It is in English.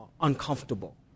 uncomfortable